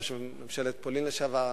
ראש ממשלת פולין לשעבר,